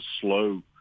slow